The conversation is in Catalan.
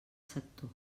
sector